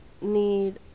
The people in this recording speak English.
need